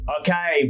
Okay